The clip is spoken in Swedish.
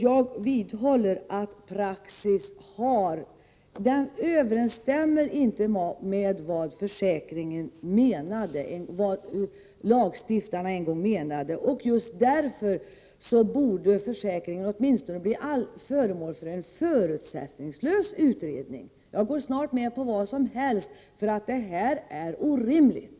Jag vidhåller att praxis inte överensstämmer med vad lagstiftarna en gång menade, och just därför borde försäkringen åtminstone bli föremål för en förutsättningslös utredning. Jag går snart med på vad som helst, därför att detta är orimligt.